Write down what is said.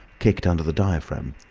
kicked under the diaphragm.